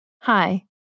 Hi